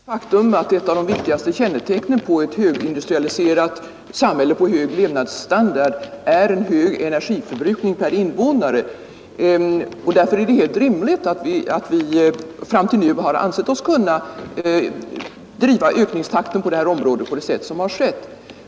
Herr talman! Det är ett faktum att ett av de viktigaste kännetecknen på ett högindustrialiserat samhälle med god levnadsstandard är en stor energiförbrukning per invånare. Därför är det helt rimligt att vi fram till nu ansett oss kunna driva ökningstakten på detta område på sätt som skett.